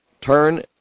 turn